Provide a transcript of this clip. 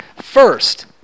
first